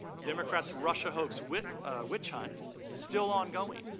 the democrats russia hoax witch witch hunt is still ongoing,